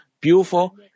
beautiful